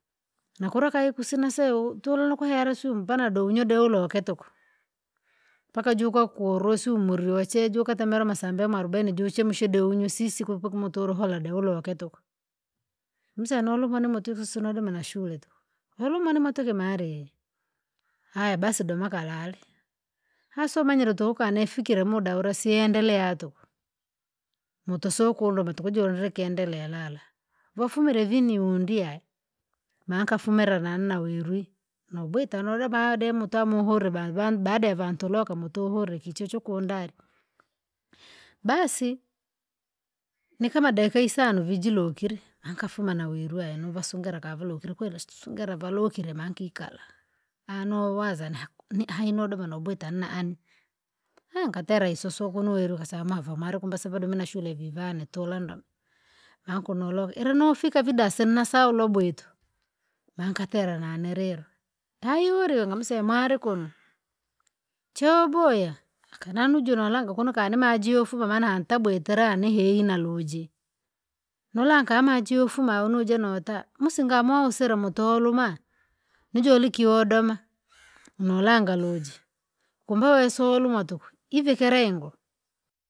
Nakula kayi kusina sewowo tulinukuhera sui mpanado unyode uloke tuku. Mpaka jukwaku kurosiumuri wache jukata mira masambe mwarubaini juchemsha deunywe sisi kupaka kupaka umuturo hola de uloke tuku. Msenuluma nimutwi usina ulima na shule tuku, uluma nimutu kimale, aya basi doma kalale, hasa umanyire tuku kana ifikire muda usisiendelea tuku. Mutu soukuluma tuku jondre kendelea lala, vofumire vini undiaye, maa nkafumira na- nawerwi, nubwita nodema dema ademu utwamuhure ba- bai- baada ya vantuloka mutuhure kichuchu kundari. Basi, nikama dakika isano ivi jilukile, vankafuma na werwi nuvasungera kaa valukire kweli usitusungire avalukire mankikala, anuwaza naku niai nudoma nubwita nna ani, nkatera isusu kunu werwi ukasama mava marikumba sivadome na shule vii vane tulandam. Maa kunologe ilanofika vidasa sensahau lobwita lobwito, maa nkatera nanililo, taiulilo ngamuseya mwailikuno, choboya, akaninu junolanga kuno kanimaji yofuma maana hantabwitira nihei naluji, nulanka maji yofuma unuje nota musinga mousile mutoluma. Nijole ikiyodoma? Nulanga luji, kumbe weso uluma tukwi ivikire ingoo.